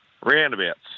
Roundabouts